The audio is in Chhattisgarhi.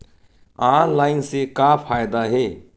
ऑनलाइन से का फ़ायदा हे?